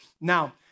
Now